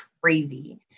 crazy